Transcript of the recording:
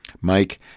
Mike